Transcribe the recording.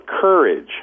courage